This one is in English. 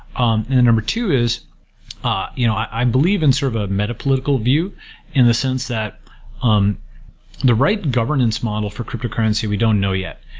um number two is ah you know i believe in sort of a meta-political view in a sense that um the right governance model for cryptocurrency, we don't know yet.